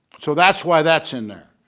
so that's why that's in there.